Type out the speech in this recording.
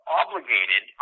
obligated